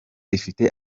ifite